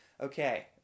Okay